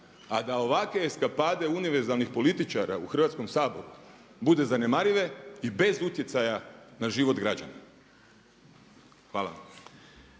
a da ovakve eskapade univerzalnih političara u Hrvatskom saboru bude zanemarive i bez utjecaja na život građana. Hvala